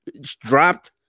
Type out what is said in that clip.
dropped